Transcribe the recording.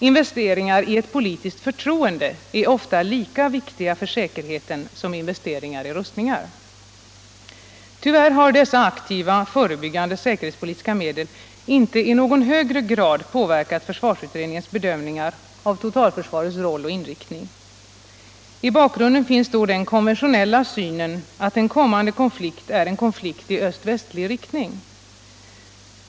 Investeringar i ett politiskt förtroende är ofta lika viktiga för säkerheten som investeringar i rustningar.” Tyvärr har dessa aktiva, förebyggande säkerhetspolitiska medel inte i någon högre grad påverkat försvarsutredningens bedömningar av totalförsvarets roll och inriktning. I bakgrunden finns då den konventionella synen att en kommande konflikt är en konflikt i öst-västlig riktning.